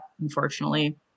Unfortunately